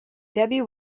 debbie